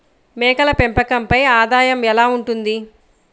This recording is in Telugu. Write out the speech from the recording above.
మేకల పెంపకంపై ఆదాయం ఎలా ఉంటుంది?